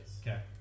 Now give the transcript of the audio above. Okay